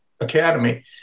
Academy